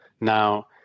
Now